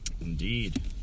indeed